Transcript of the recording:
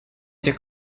этих